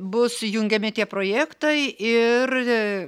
bus jungiami tie projektai ir